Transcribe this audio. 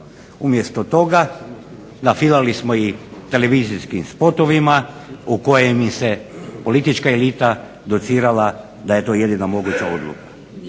Umjesto toga nafilali smo ih televizijskim spotovima u kojem se politička elita docirala da je to jedina moguća odluka.